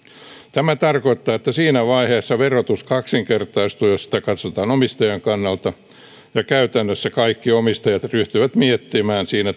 tämä tarkoittaa että siinä vaiheessa verotus kaksinkertaistuu jos sitä katsotaan omistajan kannalta ja käytännössä kaikki omistajat ryhtyvät miettimään siinä